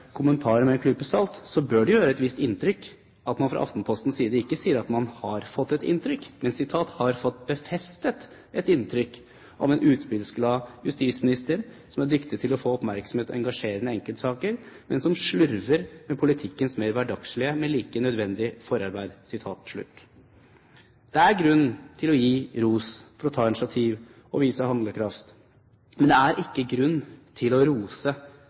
kommentarer med en klype salt, så bør det gjøre et visst inntrykk at man fra Aftenpostens side ikke sier at man har fått et inntrykk, men at man har fått befestet et «inntrykk av en utspillsglad justisminister som er dyktig til å få oppmerksomhet om engasjerende enkeltsaker, men som slurver med politikkens mer hverdagslige, men like nødvendige fotarbeid». Det er grunn til å gi ros for å ta initiativ og vise handlekraft, men det er ikke grunn til å rose